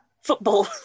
football